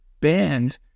band